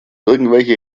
irgendwelche